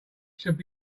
should